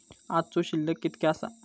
आजचो शिल्लक कीतक्या आसा?